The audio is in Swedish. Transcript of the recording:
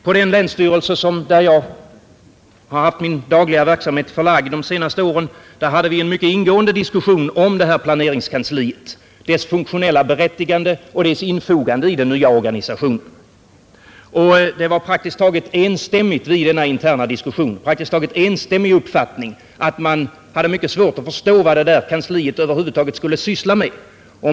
På den länsstyrelse, där jag har haft min dagliga verksamhet förlagd de senaste åren, hade vi en mycket ingående diskussion om planeringskansliet, dess funktionella berättigande och dess infogande i den nya organisationen. Det var vid denna interna diskussion en praktiskt taget enstämmig uppfattning att man hade mycket svårt att förstå vad det där kansliet över huvud taget skulle syssla med.